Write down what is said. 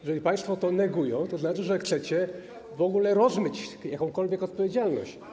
Jeżeli państwo to negują, to znaczy, że chcecie w ogóle rozmyć jakąkolwiek odpowiedzialność.